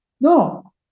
no